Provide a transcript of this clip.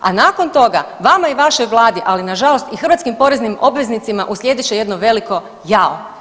A nakon toga vama i vašoj vladi, ali nažalost i hrvatskim poreznim obveznicima uslijedit će jedno veliko jao.